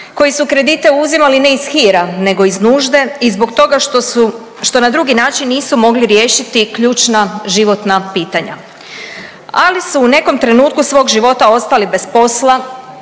koji su kredite uzimali, ne iz hira nego iz nužde i zbog toga što su, što na drugi način nisu mogli riješiti ključna životna pitanja. Ali su u nekom trenutku svog života ostali bez posla,